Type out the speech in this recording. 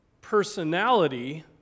personality